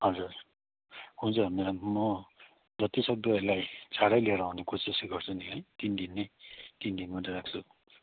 हजुर हुन्छ म्याडम म जतिसक्दो यसलाई चाँडै लिएर आउने कोसिस गर्छु नि है तिन दिनमै तिन दिन मात्रै राख्छु